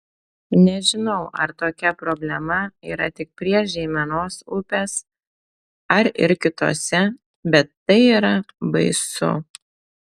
nežinau ar tokia problema yra tik prie žeimenos upės ar ir kitose bet tai yra baisu